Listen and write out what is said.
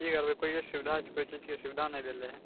की करबै कोनो सुविधा कोइ चीजके सुविधा नहि देले हइ